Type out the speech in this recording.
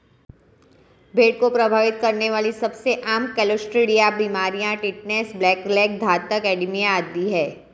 भेड़ को प्रभावित करने वाली सबसे आम क्लोस्ट्रीडिया बीमारियां टिटनेस, ब्लैक लेग, घातक एडिमा आदि है